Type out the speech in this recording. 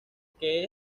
que